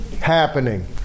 happening